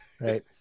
right